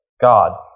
God